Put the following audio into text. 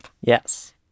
Yes